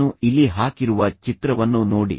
ನಾನು ಇಲ್ಲಿ ಹಾಕಿರುವ ಚಿತ್ರವನ್ನು ನೋಡಿ